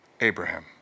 Abraham